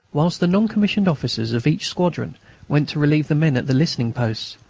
whilst the non-commissioned officers of each squadron went to relieve the men at the listening posts,